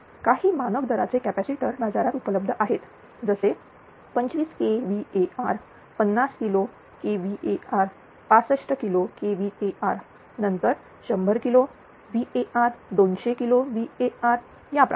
काही मानक दराचे कॅपॅसिटर बाजारात उपलब्ध आहेत जसे 25kVAr50 kilo kVAr65 kilo kVAr नंतर 100 किलो VAr200 किलो VAr याप्रकारे